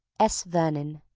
s. vernon.